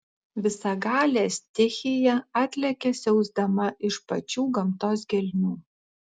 visagalė stichija atlekia siausdama iš pačių gamtos gelmių